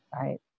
Right